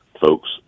folks